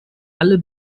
alle